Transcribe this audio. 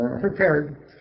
prepared